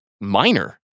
minor